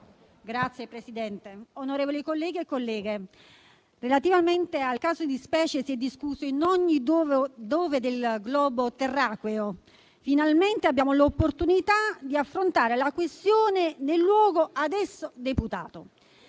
Signor Presidente, onorevoli colleghi e colleghe, relativamente al caso di specie si è discusso in ogni dove nel globo terracqueo; finalmente, abbiamo l'opportunità di affrontare la questione nel luogo ad esso deputato.